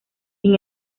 sin